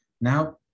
Now